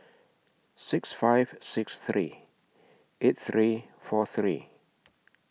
six five six three eight three four three